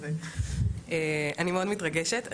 אני מאוד מתרגשת.